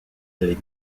les